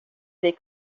des